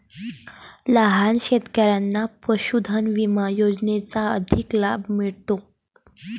लहान शेतकऱ्यांना पशुधन विमा योजनेचा अधिक लाभ मिळतो